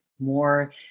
More